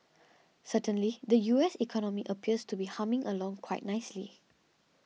certainly the U S economy appears to be humming along quite nicely